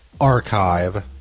archive